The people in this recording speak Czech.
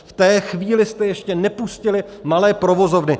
V té chvíli jste ještě nepustili malé provozovny.